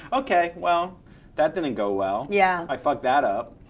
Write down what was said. okay, well that didn't go well. yeah. i fucked that up.